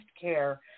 care